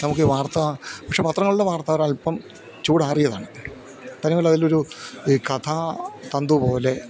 നമുക്ക് വാർത്ത പക്ഷേ പത്രങ്ങളിലെ വാർത്ത ഒരൽപ്പം ചൂടാറിയതാണ് തന്നെയുമല്ല അതിലൊരു ഈ കഥാതന്തു പോലെ